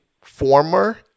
former